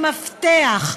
הם מפתח,